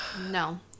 No